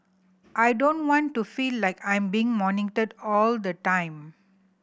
I don't want to feel like I'm being monitored all the time